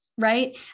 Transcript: right